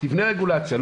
תבנה רגולציה'.